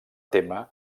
témer